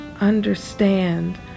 understand